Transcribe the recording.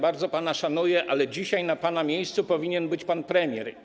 Bardzo pana szanuję, ale dzisiaj na pana miejscu powinien być pan premier.